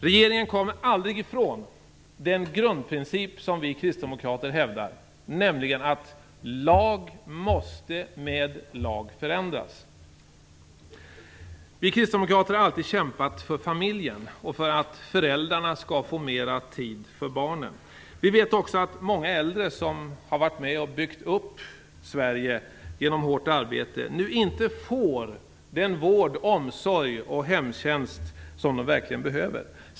Regeringen kommer aldrig ifrån den grundprincip som vi kristdemokrater hävdar, nämligen att lag måste med lag förändras. Vi kristdemokrater har alltid kämpat för familjen. Vi vet också att många äldre, som genom hårt arbete har varit med och byggt upp Sverige, nu inte får den vård, omsorg och hemtjänst som de verkligen behöver.